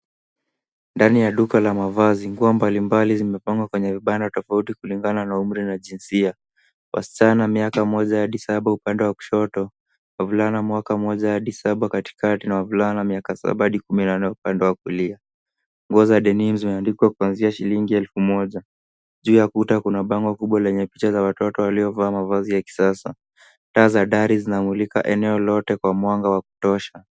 Ndani ya duka la mavazi. Nguo mbalimbali zimepangwa vibanda tofauti kulingana na umri na jinsia. Wasichana miaka moja hadi saba upande wa kushoto, wavulana mwaka moja hadi saba katikati na wavulana miaka saba hadi kumi na nne upande wa kulia. Nguo za denim zimeandikwa kuanzia shilingi elfu moja. Juu ya kuta kuna bango kubwa lenye picha za watoto waliovaa mavazi ya kisasa. Taa za dari zinamulika eneo lote Kwa mwanga wa kutosha.